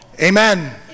Amen